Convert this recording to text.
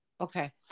Okay